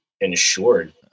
insured